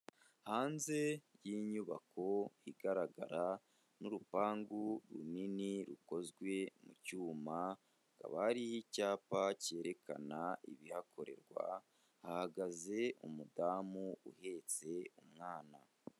Hanze y'inyubako igaragara n'urupangu runini rukozwe mu cyuma hakaba hariho icyapa cyerekana ibihakorerwa hahagaze umudamu uhetse umwana.